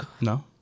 No